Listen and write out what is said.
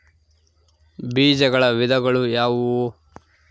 ಬೇಜಗಳ ವಿಧಗಳು ಯಾವುವು?